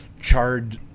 charred